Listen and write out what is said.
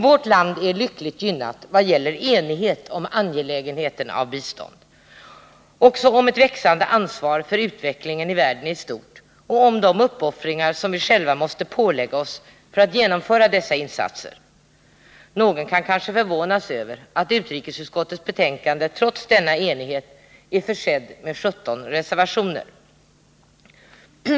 Vårt land är lyckligt gynnat vad gäller enighet om angelägenheten av bistånd, om ett växande ansvar för utvecklingen i världen i stort och om de uppoffringar som vi själva måste pålägga oss för att genomföra dessa insatser. Någon kan kanske förvånas över att utrikesutskottets betänkande trots denna enighet är försett med 17 reservationer.